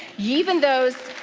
even those.